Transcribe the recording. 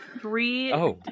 Three